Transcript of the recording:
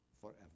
forever